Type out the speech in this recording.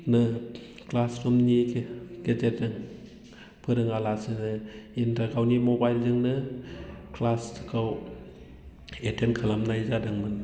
क्लासरुमनि गेजेरजों फोरोङालासिनो गावनि मबाइलजोंनो क्लासखौ एटेन्द खालामनाय जादोंमोन